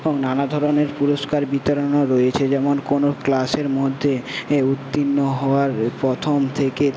এবং নানা ধরনের পুরষ্কার বিতরণও রয়েছে যেমন কোনো ক্লাসের মধ্যে উত্তীর্ণ হওয়ার প্রথম থেকে